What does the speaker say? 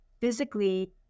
physically